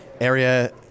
area